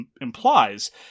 implies